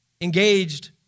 engaged